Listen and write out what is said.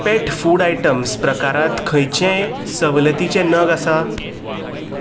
pet food items प्रकारांत खंयचेय सवलतीचे नग आसा